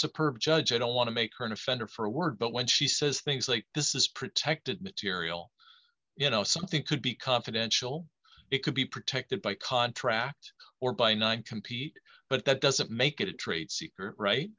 superb judge i don't want to make her an offender for a word but when she says things like this is protected material you know something could be confidential it could be protected by contract or by not compete but that doesn't make it a trade secret right